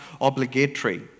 obligatory